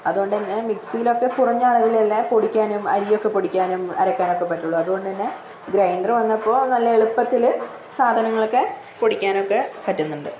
അതുകൊണ്ട് തന്നെ മിക്സിയിലൊക്കെ കുറഞ്ഞ അളവിലല്ലേ പൊടിക്കാനും അരിയൊക്കെ പൊടിക്കാനും അരക്കാനും ഒക്കെ പറ്റുള്ളൂ അതുകൊണ്ടുതന്നെ ഗ്രൈൻൻ്റർ വന്നപ്പോൾ നല്ല എളുപ്പത്തിൽ സാധനങ്ങളൊക്കെ പൊടിക്കാനൊക്കെ പറ്റുന്നുണ്ട്